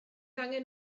angen